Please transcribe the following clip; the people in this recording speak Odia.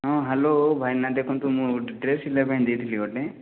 ହଁ ହ୍ୟାଲୋ ଭାଇନା ଦେଖନ୍ତୁ ମୁଁ ଡ୍ରେସ୍ ସିଲେଇବା ପାଇଁ ଦେଇଥିଲି ଗୋଟେ